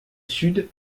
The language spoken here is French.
sud